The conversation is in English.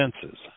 senses